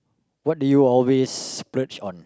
what do you always splurge on